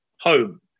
home